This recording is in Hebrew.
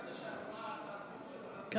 חשבתי שברגע שאת רואה הצעת חוק של,